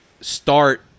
start